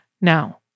Now